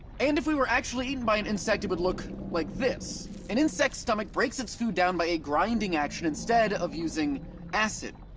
and if we were actually eaten by an insect, it would look like this an insect's stomach breaks its food down by a grinding action instead of using acid.